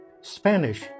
Spanish